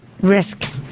risk